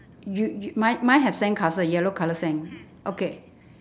you you mine mine have sandcastle yellow colour sand okay